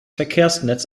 verkehrsnetz